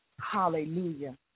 Hallelujah